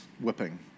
whipping